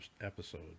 episode